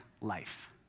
life